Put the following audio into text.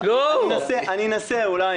אני אנסה, אולי.